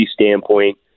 standpoint